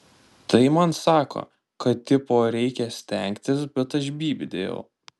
tai man sako kad tipo reikia stengtis bet aš bybį dėjau